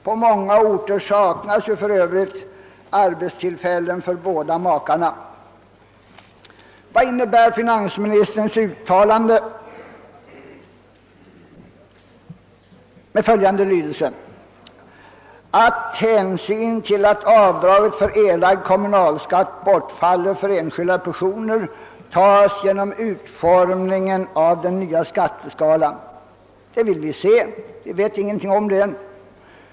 På många orter saknas för övrigt arbetstillfällen för båda makarna. Vad innebär finansministerns uttalande med följande lydelse: »Hänsyn till att avdraget för erlagd kommunalskatt bortfaller för enskilda personer tas genom utformningen av den nya skatteskalan.«? Det vill vi se. Vi vet ingenting om det.